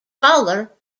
color